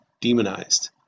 demonized